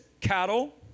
cattle